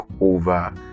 over